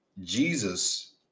Jesus